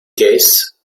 case